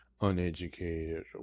uneducated